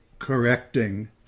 correcting